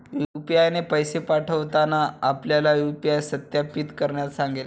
UPI ने पैसे पाठवताना आपल्याला यू.पी.आय सत्यापित करण्यास सांगेल